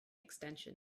extension